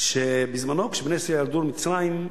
כשבני ישראל ירדו למצרים,